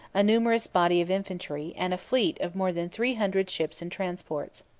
a numerous body of infantry, and a fleet of more than three hundred ships and transports.